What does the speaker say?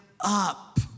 up